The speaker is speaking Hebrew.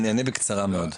אני אענה בקצרה מאוד.